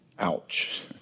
ouch